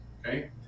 okay